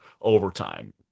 overtime